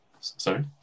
Sorry